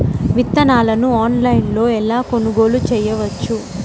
విత్తనాలను ఆన్లైనులో ఎలా కొనుగోలు చేయవచ్చు?